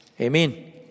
Amen